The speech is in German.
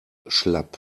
schlapp